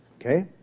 Okay